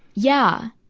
yeah.